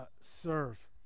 serve